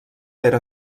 era